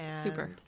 Super